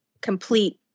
complete